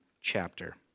chapter